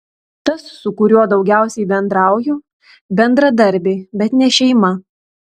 tas su kuriuo daugiausiai bendrauju bendradarbiai bet ne šeima